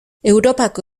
europako